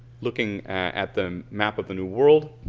looking at the map of the new world